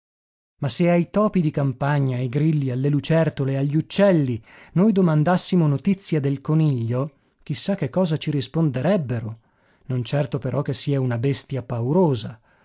ma se ai topi di campagna ai grilli alle lucertole agli uccelli noi domandassimo notizia del coniglio chi sa che cosa ci risponderebbero non certo però che sia una bestia paurosa